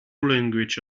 language